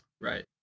Right